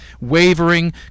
wavering